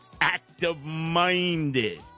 active-minded